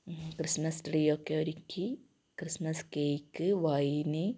Christmas tree ഒക്കെ ഒരുക്കി Christmas cake wine